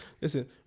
Listen